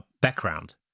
background